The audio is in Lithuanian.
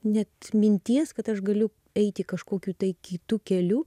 net minties kad aš galiu eiti kažkokiu tai kitu keliu